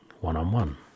one-on-one